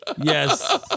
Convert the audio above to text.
Yes